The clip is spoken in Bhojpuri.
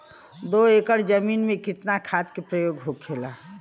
दो एकड़ जमीन में कितना खाद के प्रयोग होखेला?